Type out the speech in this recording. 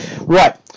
Right